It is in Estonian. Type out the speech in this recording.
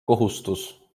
kohustus